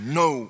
no